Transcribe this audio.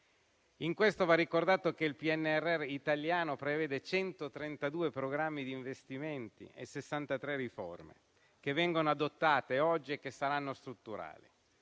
In questo va ricordato che il PNRR italiano prevede 132 programmi di investimenti e 63 riforme, che vengono adottate oggi e che saranno strutturali.